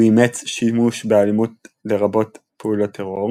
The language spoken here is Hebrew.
הוא אימץ שימוש באלימות לרבות פעולות טרור,